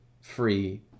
free